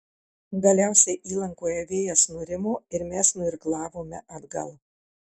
galiausiai įlankoje vėjas nurimo ir mes nuirklavome atgal